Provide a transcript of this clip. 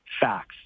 facts